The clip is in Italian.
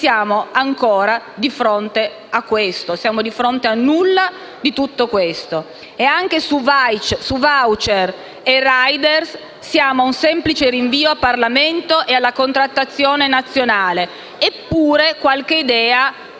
siamo ancora di fronte a questo. Siamo di fronte a nulla di tutto questo. E anche su *voucher* e *rider* siamo ad un semplice rinvio al Parlamento e alla contrattazione nazionale. Eppure qualche idea